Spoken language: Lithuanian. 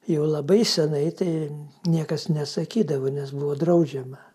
jau labai senai tai niekas nesakydavo nes buvo draudžiama